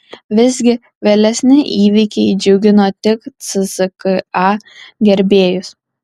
visgi vėlesni įvykiai džiugino tik cska gerbėjus